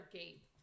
gate